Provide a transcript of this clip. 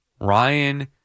Ryan